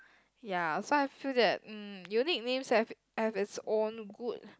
ya so I feel that um unique names have have it's own good